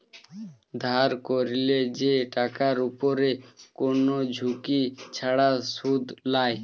ধার ক্যরলে যে টাকার উপরে কোন ঝুঁকি ছাড়া শুধ লায়